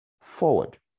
forward